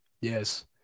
Yes